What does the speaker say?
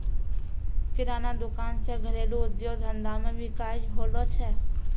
किराना दुकान से घरेलू उद्योग धंधा मे विकास होलो छै